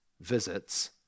visits